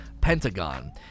Pentagon